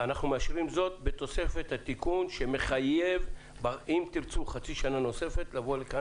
אנחנו מאשרים זאת בתוספת התיקון שמחייב לבוא לכאן